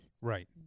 right